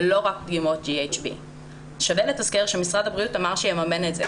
ולא רק דגימות GHB. שווה לתזכר שמשרד הבריאות אמר שיממן את זה,